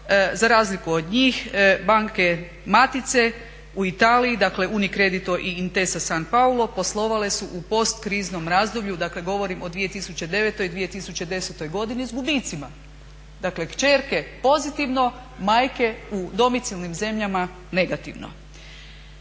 za razliku od njih banke matice u Italiji dakle Unicredito i Intesa San Paulo poslovale su u post kriznom razdoblju dakle govorim o 2009., 2010.godini s gubicima. Dakle kćerke pozitivno, majke u domicilnim zemljama negativno.